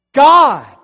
God